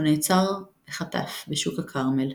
הוא נעצר בחטף בשוק הכרמל,